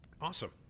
Awesome